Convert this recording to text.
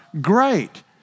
Great